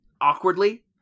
awkwardly